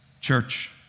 Church